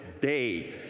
day